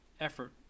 effort